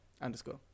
Underscore